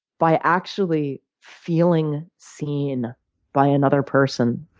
by actually feeling seen by another person